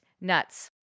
nuts